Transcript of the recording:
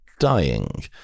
Dying